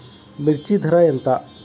మిర్చి ధర ఎంత?